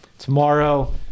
Tomorrow